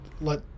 let